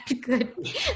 good